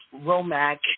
Romac